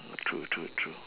true true true